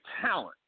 talent